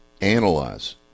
Analyze